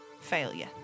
failure